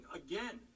again